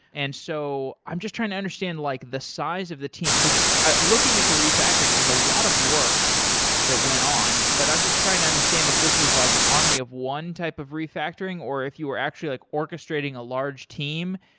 and so i'm just trying to understand like the size of the team, because looking at your refactoring there was a lot of work that went on, but i'm just trying to understand if this was like an army of one type of refactoring or if you were actually like orchestrating a large team.